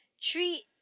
treat